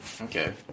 Okay